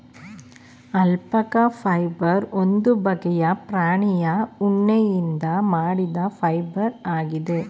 alpaca fibre ಒಂದು ಬಗ್ಗೆಯ ಪ್ರಾಣಿಯ ಉಣ್ಣೆಯಿಂದ ಮಾಡಿದ ಫೈಬರ್ ಆಗಿದೆ